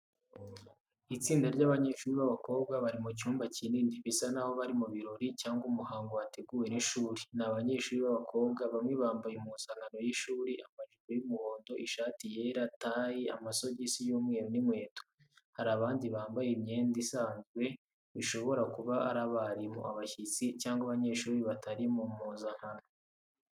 Itsinda ry’abanyeshuri b’abakobwa bari mu cyumba kinini, bisa naho bari mu birori cyangwa umuhango wateguwe n’ishuri. Ni abanyeshuri b'abakobwa, bamwe bambaye impuzankano y’ishuri, amajipo y’umuhondo, ishati yera, tie, amasogisi y’umweru n’inkweto. Hari abandi bambaye imyenda isanzwe, bishobora kuba ari abarimu, abashyitsi, cyangwa abanyeshuri batari mu mpuzankano.